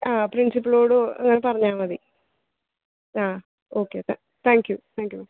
ആ പ്രിൻസിപ്പളോട് ഒന്ന് പറഞ്ഞാൽ മതി ആ ഓക്കെ താങ്ക്യൂ താങ്ക്യൂ മാം